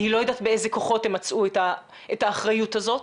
אני לא יודעת באיזה כוחות הם מצאו את האחריות הזאת,